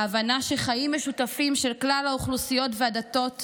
ההבנה שהחיים בעיר צריכים